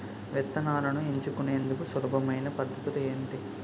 విత్తనాలను ఎంచుకునేందుకు సులభమైన పద్ధతులు ఏంటి?